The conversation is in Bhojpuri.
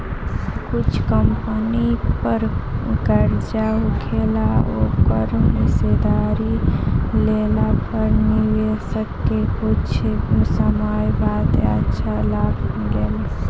कुछ कंपनी पर कर्जा होखेला ओकर हिस्सेदारी लेला पर निवेशक के कुछ समय बाद अच्छा लाभ मिलेला